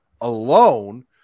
alone